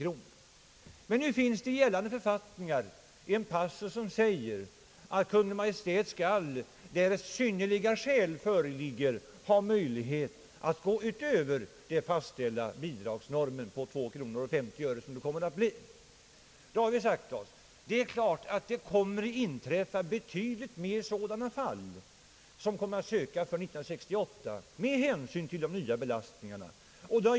Det finns emellertid i gällande författningar en passus som säger att Kungl. Maj:t skall, därest »synnerliga skäl» föreligger, ha möjlighet att gå utöver den fastställda bidragsnormen, som alltså skulle bli 2:50. Vi har sagt oss, att det givetvis kommer att bli be tydligt fler företag, som kommer att söka bidrag för 1968, med hänsyn till de nya belastningarna.